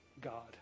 God